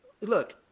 look